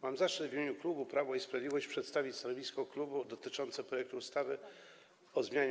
Mam zaszczyt w imieniu klubu Prawo i Sprawiedliwość przedstawić stanowisko klubu dotyczące projektu ustawy o zmianie